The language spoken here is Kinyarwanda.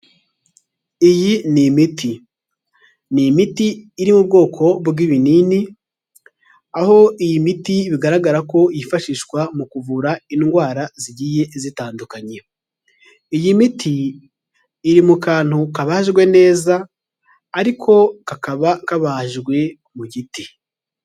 Iyi ni imiti, ni imiti iri mu bwoko bw'ibinini, aho iyi miti bigaragara ko yifashishwa mu kuvura indwara zigiye zitandukanye, iyi miti iri mu kantu kabajwe neza ariko kakaba kabajwe mu giti.